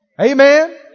Amen